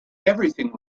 everything